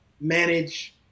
manage